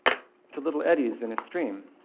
to little eddies in a stream.